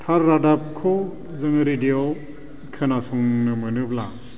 थार रादाबखौ जों रेदिय'आव खोनासंनो मोनोब्ला